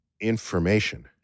Information